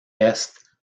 est